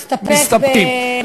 מסתפקים.